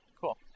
Cool